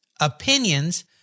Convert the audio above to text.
opinions